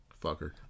Fucker